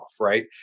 right